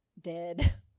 dead